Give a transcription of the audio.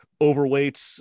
overweight